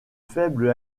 faible